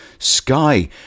Sky